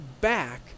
back